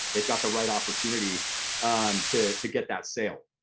they've got the right opportunity to to get that sale.